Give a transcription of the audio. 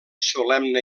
solemne